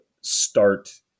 start